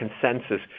consensus